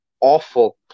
awful